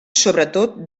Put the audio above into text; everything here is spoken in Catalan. sobretot